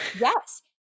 Yes